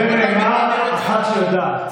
אוקיי.